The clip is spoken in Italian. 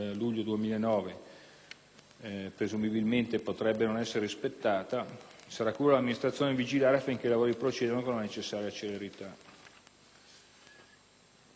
presumibilmente non essere rispettata, sarà cura dell'Amministrazione vigilare affinché i lavori procedano con la necessaria celerità.